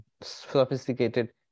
sophisticated